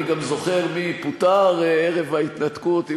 אני זוכר מי הצביע בעד ההתנתקות.